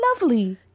lovely